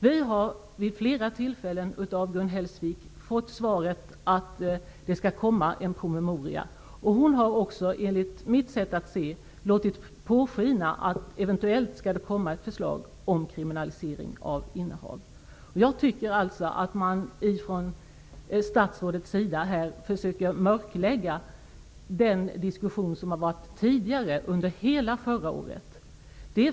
Vi har vid flera tillfällen av Gun Hellsvik fått svaret att det skall komma en promemoria, och hon har enligt mitt sätt att se också låtit påskina att det eventuellt skall komma ett förslag om kriminalisering av innehav. Jag tycker att statsrådet här försöker att mörklägga den diskussion som har förts under hela förra året.